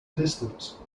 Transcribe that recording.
distance